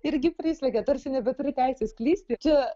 irgi prislegia tarsi nebeturi teisės klysti čia